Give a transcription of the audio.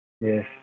Yes